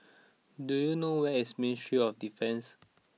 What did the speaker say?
do you know where is Ministry of Defence